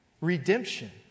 Redemption